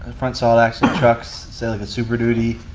and front solid axle trucks, say like a super duty.